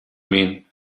mean